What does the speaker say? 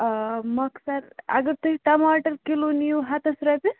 آ مۄخصَر اگر تُہۍ ٹماٹر کِلو نِیِو ہَتس رۄپیَس